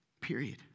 Period